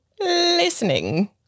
listening